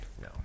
No